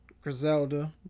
Griselda